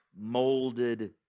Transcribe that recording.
molded